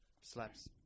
slaps